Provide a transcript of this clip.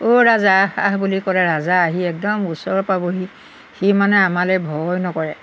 অ' ৰাজ আহ বুলি ক'লে ৰাজা আহি একদম ওচৰৰ পাবহি সি মানে আমালৈ ভয় নকৰে